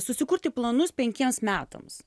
susikurti planus penkiems metams